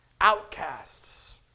outcasts